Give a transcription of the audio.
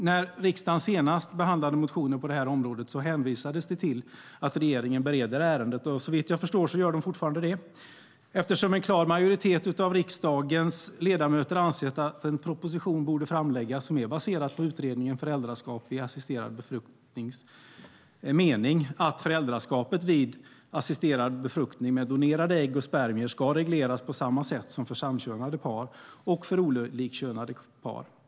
När riksdagen senast behandlade motioner på det här området hänvisades till att regeringen bereder ärendet, och såvitt jag förstår gör den fortfarande det. En klar majoritet av riksdagens ledamöter anser att en proposition borde framläggas som är baserad på utredningen Föräldraskap vid assisterad befruktning och dess mening att "föräldraskapet vid assisterad befruktning med donerade ägg och spermier ska regleras på samma sätt för samkönade par och för olikkönade par.